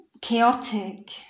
chaotic